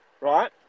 right